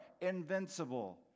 invincible